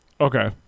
okay